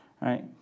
right